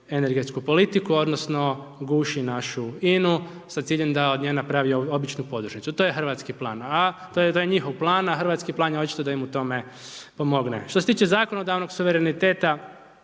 energetsku politiku, onda, guši našu INA-u, s ciljem da od nje napravi običnu podružnicu. To je hrvatski plan, a to je njihov plan, a hrvatski plan je očito da im u tome pomogne. Što se toče zakonodavnog suvereniteta